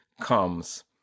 comes